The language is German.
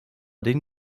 den